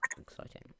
Exciting